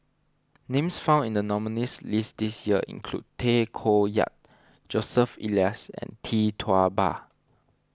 names found in the nominees' list this year include Tay Koh Yat Joseph Elias and Tee Tua Ba